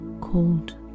called